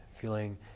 feeling